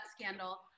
scandal